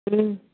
हूँ